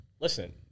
listen